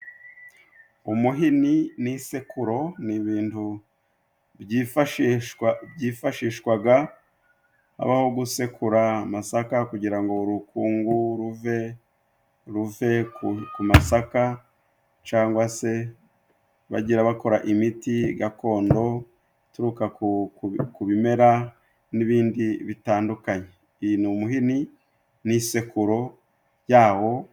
Umuhini ni n'isekururo ni ibintu byifashishwa byifashishwaga habaho gusekura amasaka kugira ngo urukungu ruve ruve ku masaka cangwa se bagira bakora imiti gakondo ituruka ku bimera n'ibindi bitandukanye. Iyi ni umuhini n'isekururo yawo.